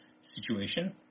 situation